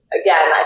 again